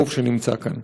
ברוב שנמצא כאן.